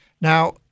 Now